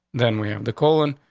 then we have the colon.